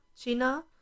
China